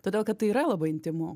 todėl kad tai yra labai intymu